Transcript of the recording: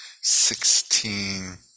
sixteen